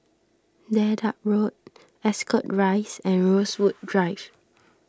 Dedap Road Ascot Rise and Rosewood Drive